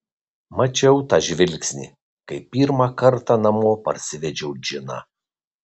mačiau tą žvilgsnį kai pirmą kartą namo parsivedžiau džiną